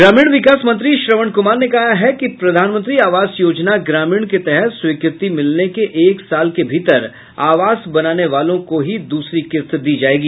ग्रमीण विकास मंत्री श्रवण कुमार ने कहा है कि प्रधानमंत्री आवास योजना ग्रामीण के तहत स्वीकृति मिलने के एक साल के भीतर आवास बनाने वालों को ही दूसरी किस्त दी जायेगी